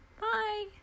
Bye